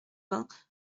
vingts